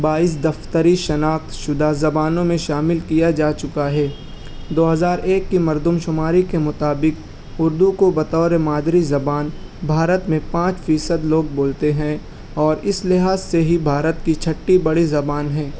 بائیس دفتری شناخت شدہ زبانوں میں شامل کیا جا چکا ہے دو ہزار ایک کی مردم شماری کے مطابق اردو کو بطور مادری زبان بھارت میں پانچ فیصد لوگ بولتے ہیں اور اس لحاظ سے ہی بھارت کی چھٹی بڑی زبان ہے